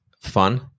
fun